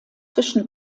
zwischen